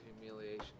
humiliation